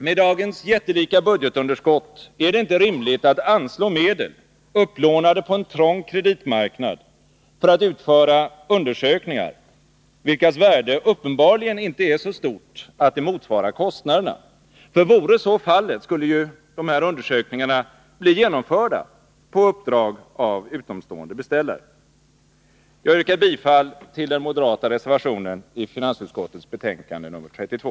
Med dagens jättelika budgetunderskott är det inte rimligt att anslå medel, upplånade på en trång kreditmarknad, för att utföra undersökningar, vilkas värde uppenbarligen inte är så stort att det motsvarar kostnaderna. Vore så fallet, skulle de ju bli genomförda på uppdrag av utomstående beställare. Jag yrkar bifall till den moderata reservationen i finansutskottets betänkande nr 32.